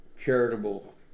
charitable